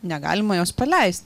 negalima jos paleis